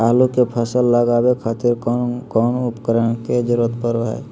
आलू के फसल लगावे खातिर कौन कौन उपकरण के जरूरत पढ़ो हाय?